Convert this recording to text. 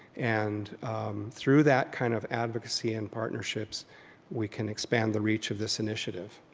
and through that kind of advocacy and partnerships we can expand the reach of this initiative.